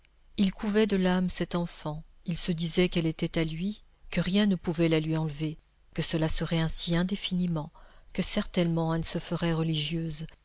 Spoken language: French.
il couvait de l'âme cette enfant il se disait qu'elle était à lui que rien ne pouvait la lui enlever que cela serait ainsi indéfiniment que certainement elle se ferait religieuse